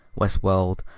westworld